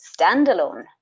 standalone